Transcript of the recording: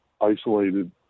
isolated